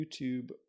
YouTube